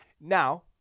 Now